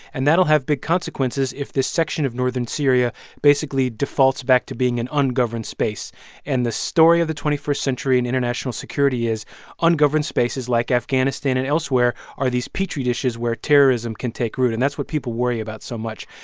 and that'll have big consequences if this section of northern syria basically defaults back to being an ungoverned space and the story of the twenty first century and international security is ungoverned spaces, like afghanistan and elsewhere, are these petri dishes where terrorism can take root. and that's what people worry about so much.